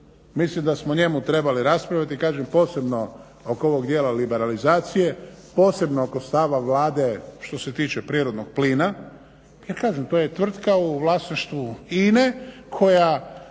mislim da smo o njemu trebali raspraviti, kažem posebno oko ovog dijela liberalizacije, posebno oko stava Vlade što se tiče prirodnog plina. Ja kažem, to je tvrtka u vlasništvu INA-e koja